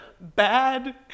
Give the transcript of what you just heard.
bad